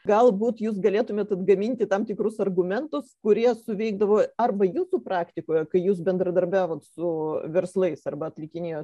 galbūt jūs galėtumėt atgaminti tam tikrus argumentus kurie suveikdavo arba jūsų praktikoje kai jūs bendradarbiavot su verslais arba atlikinėjo